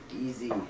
easy